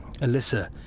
Alyssa